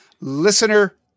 listener